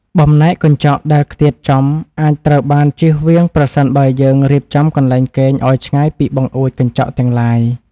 បំណែកកញ្ចក់ដែលខ្ទាតចំ អាចត្រូវបានជៀសវាងប្រសិនបើយើងរៀបចំកន្លែងគេងឱ្យឆ្ងាយពីបង្អួចកញ្ចក់ទាំងឡាយ។